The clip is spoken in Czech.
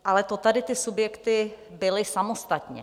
Ale to tady ty subjekty byly samostatně.